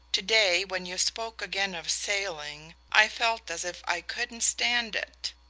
to-day, when you spoke again of sailing, i felt as if i couldn't stand it.